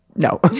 No